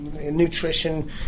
nutrition